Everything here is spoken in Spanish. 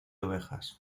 ovejas